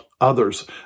others